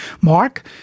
Mark